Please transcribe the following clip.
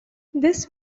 this